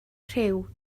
rhyw